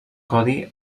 codi